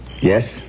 Yes